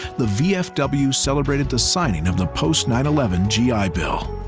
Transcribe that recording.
the vfw celebrated the signing of the post nine eleven gi bill.